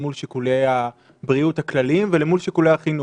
מול שיקולי הבריאות הכלליים ואל מול שיקולי הבריאות.